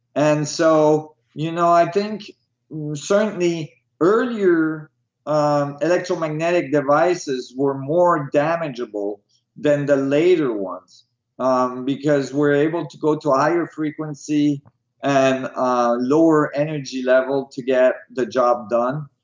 and so you know i think certainly earlier um electromagnetic devices were more damageable than the later ones because we're able to go to higher frequency and ah lower energy level to get the job done,